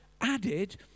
added